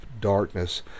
darkness